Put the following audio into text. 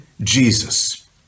Jesus